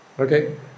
Okay